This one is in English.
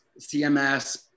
CMS